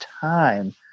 time